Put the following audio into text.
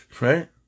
Right